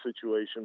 situation